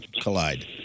collide